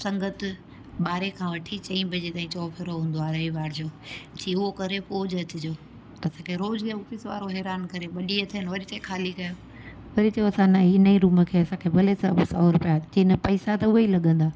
संगत ॿारहं खां वठी चईं बजे ताईं चौबरो हूंदो आहे रेवार जो चयईं उहो करे पोइ जि अचिजो त असांखे रोज़ इहा ऑफिस वारो हैरान करे ॿ ॾींहं थियनि वरी चए ख़ाली कयो वरी चयूं असां न इन ई रूम खे असांखे भले सौ ॿ सौ रुपिया चयईं न पैसा त उहे ई लॻंदा